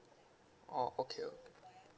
oh okay